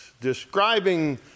Describing